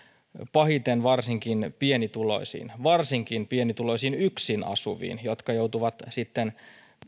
pahiten varsinkin pientuloisiin varsinkin pienituloisiin yksin asuviin jotka joutuvat sitten